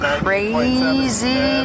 crazy